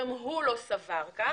גם הוא לא סבר כך,